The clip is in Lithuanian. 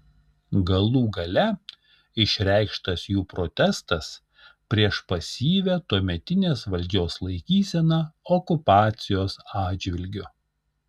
galų gale išreikštas jų protestas prieš pasyvią tuometinės valdžios laikyseną okupacijos atžvilgiu